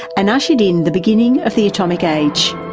and ushered in the beginning of the atomic age.